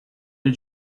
did